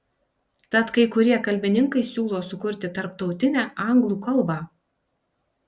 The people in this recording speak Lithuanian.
tad kai kurie kalbininkai siūlo sukurti tarptautinę anglų kalbą